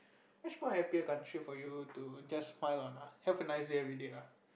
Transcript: much more happier country for you to just smile on ah have a nice day everyday lah